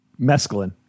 mescaline